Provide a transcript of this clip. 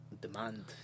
Demand